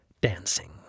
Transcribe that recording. Dancing